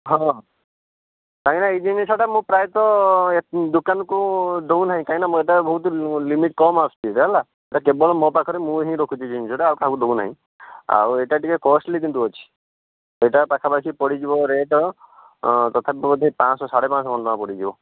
ହଁ ହଁ ହଁ କାହିଁକିନା ଏହି ଜିନିଷଟା ମୁଁ ପ୍ରାୟତଃ ଦୋକାନକୁ ଦେଉନାହିଁ କାହିଁକିନା ମୋ ପାଖକୁ ବହୁତ ଲିମିଟ୍ କମ ଆସୁଛି ହେଲା ସେହିଟା କେବଳ ମୋ ପାଖରେ ମୁଁ ହିଁ ରଖୁଛି ଜିନିଷଟା ଆଉ କାହାକୁ ଦେଉନାହିଁ ଆଉ ଏହିଟା ଟିକିଏ କଷ୍ଟଲି କିନ୍ତୁ ଅଛି ସେହିଟା ପାଖାପାଖି ପଡ଼ିଯିବ ରେଟ୍ ତଥାପି ବୋଧେ ପାଞ୍ଚଶହ ସାଢ଼େ ପାଞ୍ଚଶହ ଖଣ୍ଡେ ଟଙ୍କା ପଡ଼ିଯିବ